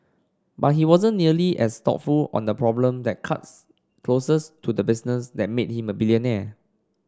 but he wasn't nearly as thoughtful on the problem that cuts closest to the business that made him a billionaire